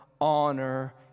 honor